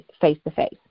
face-to-face